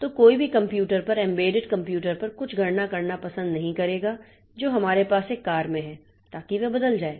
तो कोई भी कंप्यूटर पर एम्बेडेड कंप्यूटर पर कुछ गणना करना पसंद नहीं करेगा जो हमारे पास एक कार में है ताकि वह बदल जाए